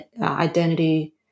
identity